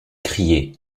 crier